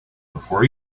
before